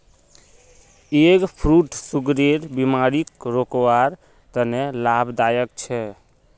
egg fruit सुगरेर बिमारीक रोकवार तने लाभदायक छे